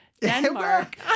Denmark